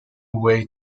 way